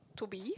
to be